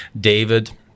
David